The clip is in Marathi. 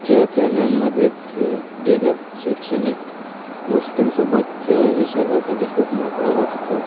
खेळ खेळण्यांमध्येच गेलं शैक्षणिक गोष्टींसोबत खेळ ही शरीरासाठी खूप महत्त्वाचा असतो